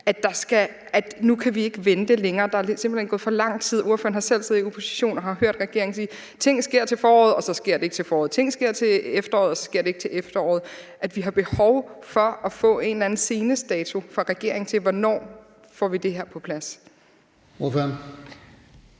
at nu kan vi ikke vente længere. Der er simpelt hen gået for lang tid. Ordføreren har selv siddet i opposition og hørt regeringen sige: Ting sker til foråret. Og så sker det ikke til foråret. Ting sker til efteråret. Men så sker det ikke til efteråret. Vi har behov for at få en eller anden senestdato fra regeringen for, hvornår vi får det her på plads. Kl.